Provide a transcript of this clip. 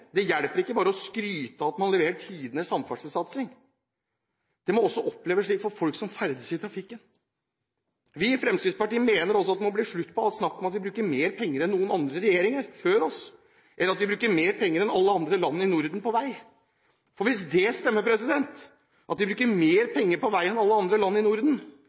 Det hjelper ikke bare å skryte av at man leverer tidenes samferdselssatsing, det må også oppleves slik for folk som ferdes i trafikken. Vi i Fremskrittspartiet mener også at det må bli slutt på alt snakket om at vi bruker mer penger enn noen andre regjeringer har gjort, eller at vi bruker mer penger enn alle andre land i Norden på vei. Hvis det stemmer at vi bruker mer penger på vei enn alle andre land i Norden,